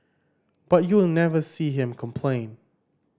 but you will never see him complain